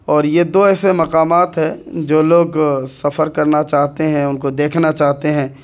اور یہ دو ایسے مقامات ہے جو لوگ سفر کرنا چاہتے ہیں ان کو دیکھنا چاہتے ہیں